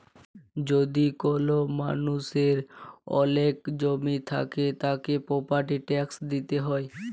যদি কল মালুষের ওলেক জমি থাক্যে, তাকে প্রপার্টির ট্যাক্স দিতে হ্যয়